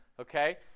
okay